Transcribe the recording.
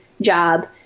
job